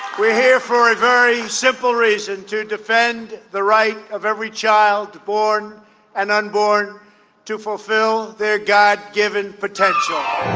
we're here for a very simple reason to defend the right of every child born and unborn to fulfill their god given potential